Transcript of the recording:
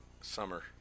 summer